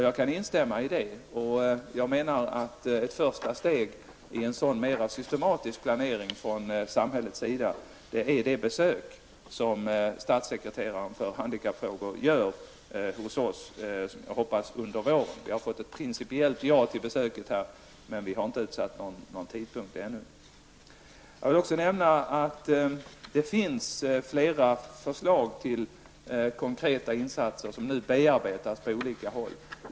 Jag kan instämma i det, och jag menar att ett första steg i en sådan mera systematisk planering från samhällets sida är det besök som statssekreteraren för handikappfrågor skall göra hos oss under våren. Vi har fått ett principiellt ja till besöket, men vi har ännu inte utsatt någon tidpunkt för det. Jag vill också nämna att det finns flera förslag till konkreta insatser som nu bearbetas på olika håll.